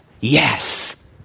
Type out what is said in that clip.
Yes